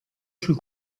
sul